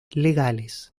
legales